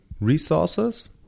resources